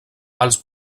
els